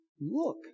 look